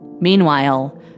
Meanwhile